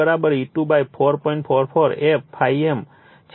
44 f ∅m છે એટલે કે 100 4